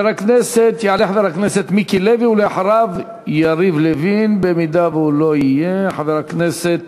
יעלה חבר הכנסת מיקי לוי, ואחריו, חבר הכנסת